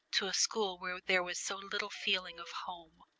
to a school where there was so little feeling of home,